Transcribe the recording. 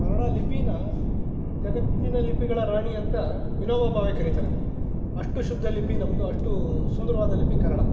ಕನ್ನಡ ಲಿಪಿನ ಜಗತ್ತಿನ ಲಿಪಿಗಳ ರಾಣಿ ಅಂತ ವಿನೋಬಾ ಭಾವೆ ಕರೀತಾರೆ ಅಷ್ಟು ಶುದ್ಧ ಲಿಪಿ ನಮ್ಮದು ಅಷ್ಟು ಸುಂದರವಾದ ಲಿಪಿ ಕನ್ನಡ